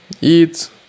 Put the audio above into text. eat